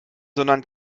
sondern